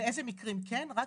המקרים שזה כן עובר,